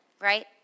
right